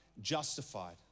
justified